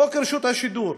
חוק רשות השידור,